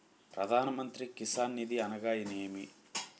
ప్రధాన మంత్రి కిసాన్ నిధి అనగా నేమి?